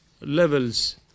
levels